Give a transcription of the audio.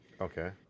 Okay